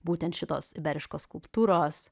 būtent šitos iberiškos skulptūros